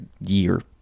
year